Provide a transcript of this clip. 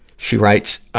she writes,